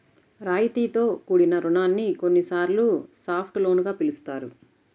రాయితీతో కూడిన రుణాన్ని కొన్నిసార్లు సాఫ్ట్ లోన్ గా పిలుస్తారు